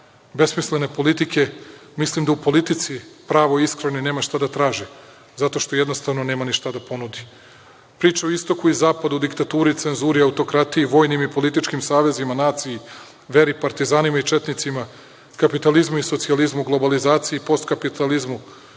besmislene politike, mislim da u politici, pravoj iskrenoj nema šta da traži zato što jednostavno nema šta da ponudi. Priča o istoku i zapadu, diktaturi i cenzuri, auotkratiji, vojnim i političkim savezima, naciji, veri, partizanima i četnicima, kapitalizmu i socijalizmu, globalizaciji i postkapitalizmu,